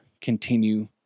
continue